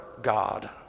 God